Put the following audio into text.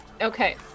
Okay